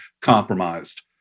compromised